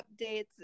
updates